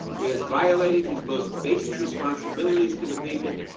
he has violated his most basic responsibilities to the people.